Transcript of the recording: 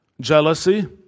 jealousy